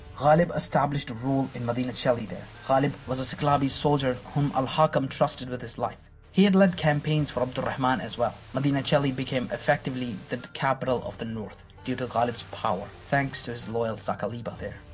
ghalib established rule in medinacelli there. ghalib was a siqlabi soldier whom al-hakam ii trusted with his life. he had led campaigns for abd al-rahman as well. medinacelli became effectively the capital of the north due to ghalib's power, thanks to his loyal saqaliba there.